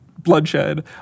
Bloodshed